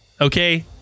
okay